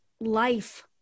Life